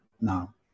now